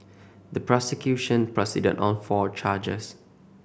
the prosecution proceeded on four charges